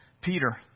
Peter